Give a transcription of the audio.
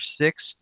six